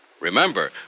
Remember